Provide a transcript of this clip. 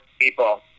people